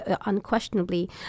unquestionably